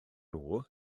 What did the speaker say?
nhw